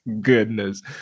goodness